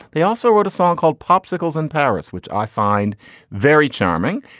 they also wrote a song called popsicles in paris, which i find very charming.